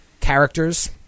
characters